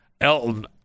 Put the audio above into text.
Elton